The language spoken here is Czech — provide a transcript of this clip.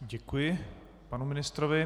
Děkuji panu ministrovi.